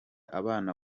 abana